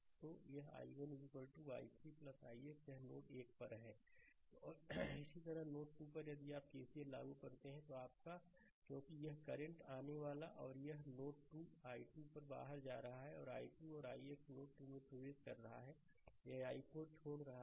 तो यह i1 आपका i3 ix यह नोड 1 पर है स्लाइड समय देखें 2332 और इसी तरह नोड 2 पर यदि आप केसीएल लागू करते हैं तो आपका क्योंकि यह करंट आने वाला है और ये 2 नोड 2 I2 पर और बाहर जा रहे हैं i2 और ix नोड 2 में प्रवेश कर रहा है और यह i4 छोड़ रहा है